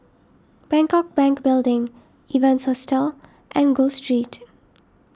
Bangkok Bank Building Evans Hostel and Gul Street